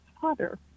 Father